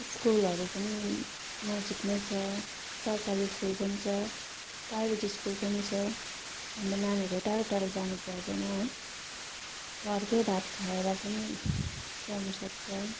स्कुलहरू पनि नजिकमै छ सरकारी स्कुल पनि छ प्राइभेट स्कुल पनि छ हाम्रो नानीहरू टाढा टाढा जानु पर्दैन है घरकै भात खाएर पनि पढ्नु सक्छ